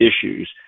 issues